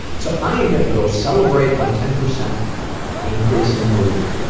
so, i am going to go celebrate my ten percent increase in mood,